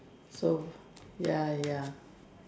so ya ya